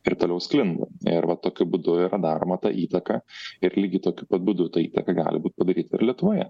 ir toliau sklinda arba tokiu būdu yra daroma ta įtaka ir lygiai tokiu pat būdu ta įtaka gali būt padaryta ir lietuvoje